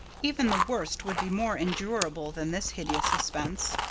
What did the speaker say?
even the worst would be more endurable than this hideous suspense.